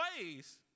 ways